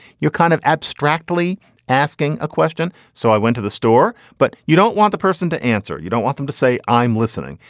you're kind of abstractly asking a question. so i went to the store. but you don't want the person to answer. you don't want them to say, i'm listening.